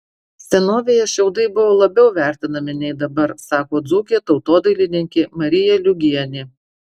senovėje šiaudai buvo labiau vertinami nei dabar sako dzūkė tautodailininkė marija liugienė